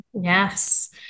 Yes